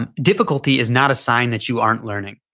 and difficulty is not a sign that you aren't learning,